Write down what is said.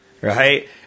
right